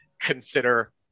consider